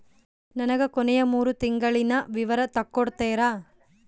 ನನಗ ಕೊನೆಯ ಮೂರು ತಿಂಗಳಿನ ವಿವರ ತಕ್ಕೊಡ್ತೇರಾ?